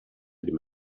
eddie